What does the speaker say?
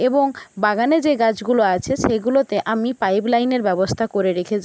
এবং বাগানে যে গাছগুলো আছে সেগুলোতে আমি পাইপ লাইনের ব্যবস্থা করে রেখে যায়